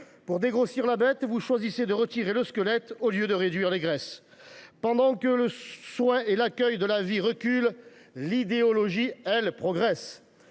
Pour dégrossir la bête, vous choisissez de retirer le squelette au lieu de réduire les graisses. Pendant que le soin et l’accueil de la vie reculent, l’idéologie progresse.